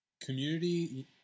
Community